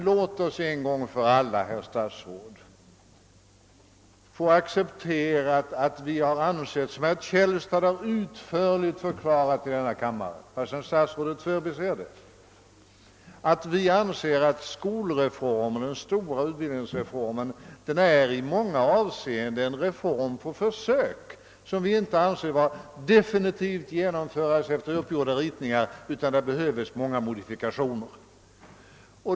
Låt oss en gång för alla, herr statsråd, få accepterat att vi menar — herr Källstad har utförligt förklarat det i denna kammare, men herr statsrådet förbigår det — att den stora utbildningsreformen i många avseenden är en reform på försök, som vi inte anser kunna definitivt genomföras efter uppgjorda ritningar utan som behöver många modifikationer.